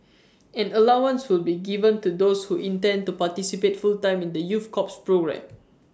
an allowance will be given to those who intend to participate full time in the youth corps programme